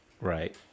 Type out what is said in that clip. Right